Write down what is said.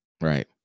Right